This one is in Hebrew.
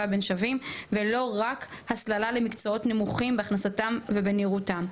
בין שווים ולא רק הסללה למקצועות נמוכים בהכנסתם ובנראותם.